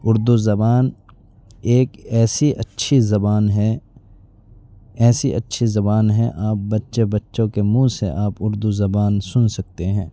اردو زبان ایک ایسی اچھی زبان ہے ایسی اچھی زبان ہیں آپ بچے بچوں کے منہ سے آپ اردو زبان سن سکتے ہیں